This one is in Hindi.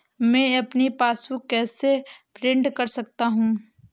मैं अपनी पासबुक कैसे प्रिंट कर सकता हूँ?